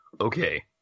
Okay